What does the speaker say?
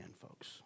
folks